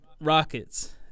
Rockets